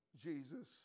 Jesus